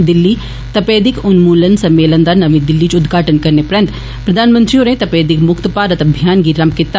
दिल्ली तपेदिक उन्मूलन सम्मेलन दा नमीं दिल्ली च उदघाटन करने परैन्त प्रधानमंत्री होरें तपेदिक मुक्त भारत अभियान गी बी रम्भ कीता